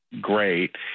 great